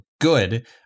good